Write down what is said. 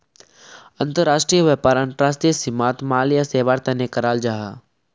अंतर्राष्ट्रीय व्यापार अंतर्राष्ट्रीय सीमात माल या सेवार तने कराल जाहा